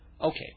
Okay